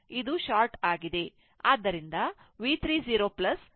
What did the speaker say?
ಇದು ಶಾರ್ಟ್ ಆಗಿದೆ